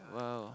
!wow!